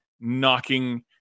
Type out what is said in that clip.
knocking